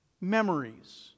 memories